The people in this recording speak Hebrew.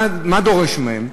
מה נדרש מהם,